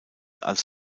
als